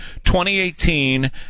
2018